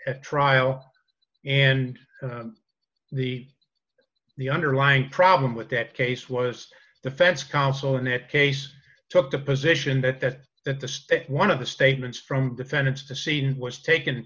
at trial and the the underlying problem with that case was defense counsel in a case took the position that that the suspect one of the statements from defendants the scene was taken